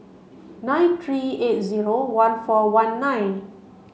nine three eight zero one four one nine